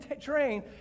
train